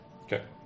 Okay